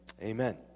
amen